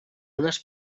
unes